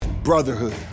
Brotherhood